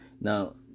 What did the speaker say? Now